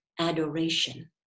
adoration